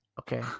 Okay